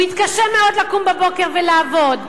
הוא יתקשה מאוד לקום בבוקר ולעבוד.